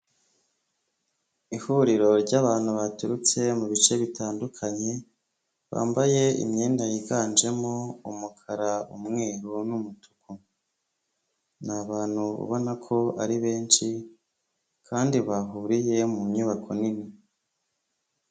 Ihuriro ry'abantu baturutse mu bice bitandukanye bambaye imyenda yiganjemo umukara, umwe n'umutuku ni abantu ubona ko ari benshi kandi bahuriye mu nyubako nini.